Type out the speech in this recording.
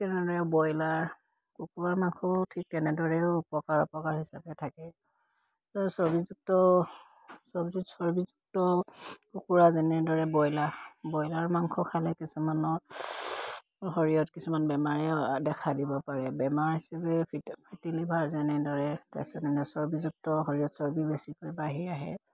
তেনেদৰে ব্ৰইলাৰ কুকুৰাৰ মাংসও ঠিক তেনেদৰেও উপকাৰ অপকাৰ হিচাপে থাকে চৰ্বিযুক্ত চৰ্বিযুক্ত কুকুৰা যেনেদৰে বইলাৰ ব্ৰইলাৰ মাংস খালে কিছুমানৰ শৰীৰত কিছুমান বেমাৰে দেখা দিব পাৰে বেমাৰ হিচাপে ফেটি লিভাৰ যেনেদৰে তাৰ পিছতেনে চৰ্বিযুক্ত শৰীৰত চৰ্বি বেছিকৈ বাঢ়ি আহে